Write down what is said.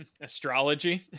Astrology